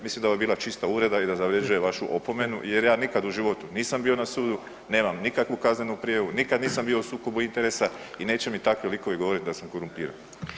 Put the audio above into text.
Mislim da je ovo bila čista uvreda i da zavređuje vašu opomenu, jer ja nikad u životu nisam bio na sudu, nemam nikakvu kaznenu prijavu, nikad nisam bio u sukobu interesa i neće mi takvi likovi govoriti da sam korumpiran.